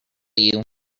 you